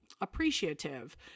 appreciative